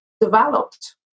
developed